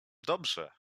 dobrze